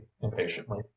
impatiently